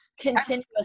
continuous